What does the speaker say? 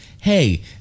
hey